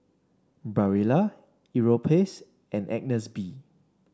Barilla Europace and Agnes B